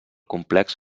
complex